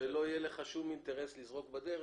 לא יהיה לך אינטרס לזרוק בדרך.